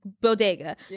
Bodega